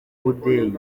budeyi